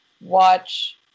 watch